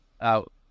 out